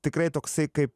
tikrai toksai kaip